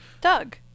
Doug